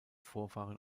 vorfahren